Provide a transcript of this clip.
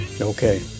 Okay